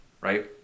right